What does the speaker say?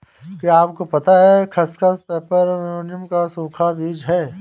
क्या आपको पता है खसखस, पैपर सोमनिफरम का सूखा बीज है?